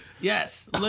Yes